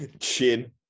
Chin